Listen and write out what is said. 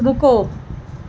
رکو